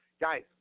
Guys